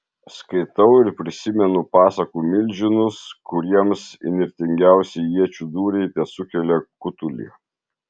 skaitau ir prisimenu pasakų milžinus kuriems įnirtingiausi iečių dūriai tesukelia kutulį